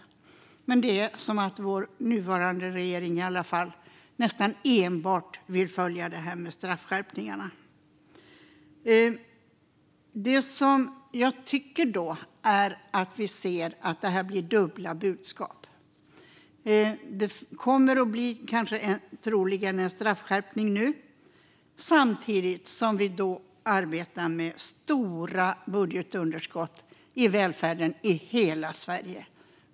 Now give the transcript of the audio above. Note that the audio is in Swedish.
Ändå är det som om vår nuvarande regering nästan enbart vill följa det här med straffskärpningarna. Vi tycker att det blir dubbla budskap. Nu blir det troligen en straffskärpning, samtidigt som vi arbetar med stora budgetunderskott i välfärden i hela Sverige.